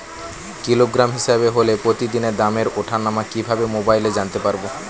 Kilogram হিসাবে হলে প্রতিদিনের দামের ওঠানামা কিভাবে মোবাইলে জানতে পারবো?